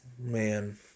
Man